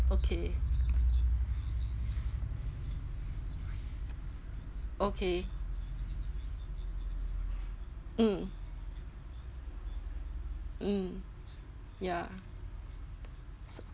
okay okay mm mm ya